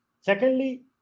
secondly